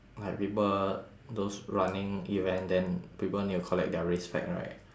like people those running event then people need to collect their race flag right